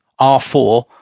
R4